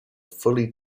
fully